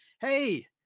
Hey